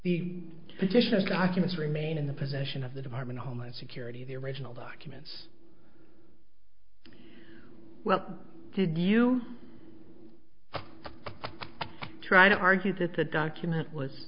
the physicians documents remain in the possession of the department of homeland security the original documents well did you try to argue that the document was